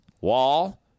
Wall